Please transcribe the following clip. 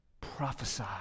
Prophesy